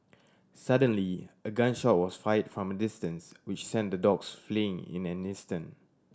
suddenly a gun shot was fired from a distance which sent the dogs fleeing in an instant